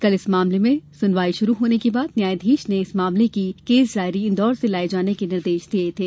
कल इस मामले में सुनवाई शुरु होने के बाद न्यायाधीश ने इस मामले की केस डायरी इंदौर से लाए जाने के निर्देश दिए थे